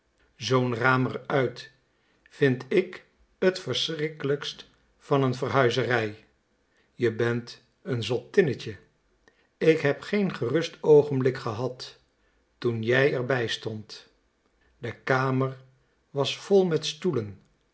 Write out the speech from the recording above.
zoo'n raam er uit vind ik het verschrikkelijkst van een verhuizerij je bent een zottinnetje k heb geen gerust oogenblik gehad toen jij er bij stond de kamer was vol met stoelen